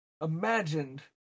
Imagined